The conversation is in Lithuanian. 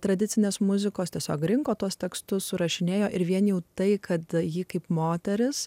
tradicinės muzikos tiesiog rinko tuos tekstus surašinėjo ir vienijo tai kad ji kaip moteris